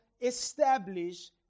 establish